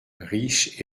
riche